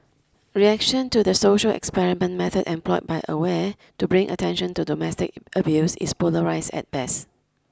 reaction to the social experiment method employed by aware to bring attention to domestic abuse is polarised at best